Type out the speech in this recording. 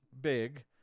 big